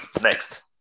Next